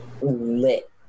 lit